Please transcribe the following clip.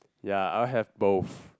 ya I will have both